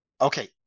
Okay